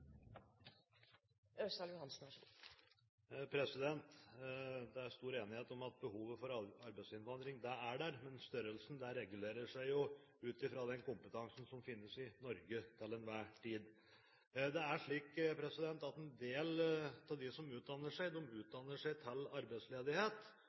stor enighet om at behovet for arbeidsinnvandring er der, men størrelsen regulerer seg jo ut fra den kompetansen som finnes i Norge til enhver tid. Det er slik at en del av dem som utdanner seg, utdanner seg til arbeidsledighet, og enkelte kompetanseområder forsvinner fra arbeidslivet. Det sies at over halvparten av de